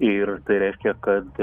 ir tai reiškia kad